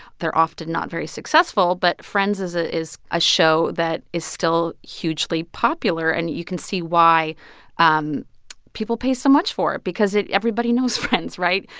they're often not very successful, but friends is ah is a show that is still hugely popular. and you can see why um people pay so much for it because everybody knows friends, right?